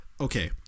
okay